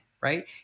right